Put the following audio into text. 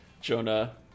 Jonah